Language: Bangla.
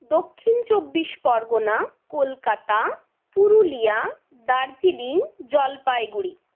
দক্ষিণ চব্বিশ পরগণা কলকাতা পুরুলিয়া দার্জিলিং জলপাইগুড়ি